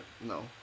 No